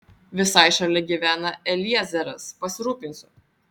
visai šalia gyvena eliezeras pasirūpinsiu